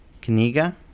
Kniga